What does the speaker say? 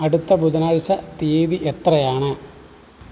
അടുത്ത ബുധനാഴ്ച തീയതി എത്രയാണ്